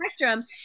Spectrum